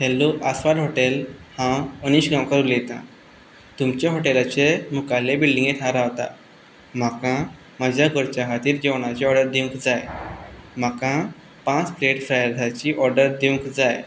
hello Aswad hotel हांव अनीश गांवकर उलयतां तुमच्या हॉटेलाचे मुखारचे बिल्डिंगेंत हांव रावतां म्हाका म्हज्या घरच्यां खातीर जेवणाची ऑर्डर दिवंक जाय म्हाका पांच प्लेट फ्राइड राइसाची ऑर्डर दिवंक जाय